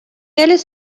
eles